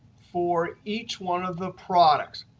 for each one of the products.